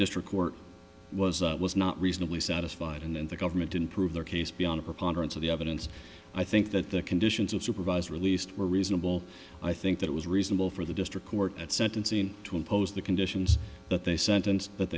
district court was was not reasonably satisfied and the government didn't prove their case beyond a preponderance of the evidence i think that the conditions of supervised released were reasonable i think that it was reasonable for the district court at sentencing to impose the conditions that they sentence that